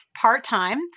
part-time